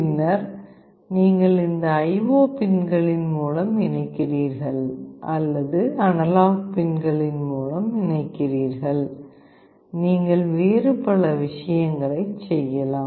பின்னர் நீங்கள் இந்த IO பின்களின் மூலம் இணைக்கிறீர்கள் அல்லது அனலாக் பின்களின் மூலம் இணைக்கிறீர்கள் நீங்கள் வேறு பல விஷயங்களைச் செய்யலாம்